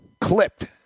clipped